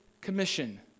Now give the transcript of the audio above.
commission